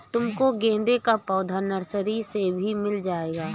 तुमको गेंदे का पौधा नर्सरी से भी मिल जाएगा